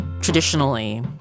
Traditionally